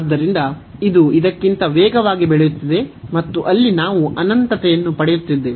ಆದ್ದರಿಂದ ಇದು ಇದಕ್ಕಿಂತ ವೇಗವಾಗಿ ಬೆಳೆಯುತ್ತಿದೆ ಮತ್ತು ಅಲ್ಲಿ ನಾವು ಅನಂತತೆಯನ್ನು ಪಡೆಯುತ್ತಿದ್ದೇವೆ